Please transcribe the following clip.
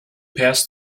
passed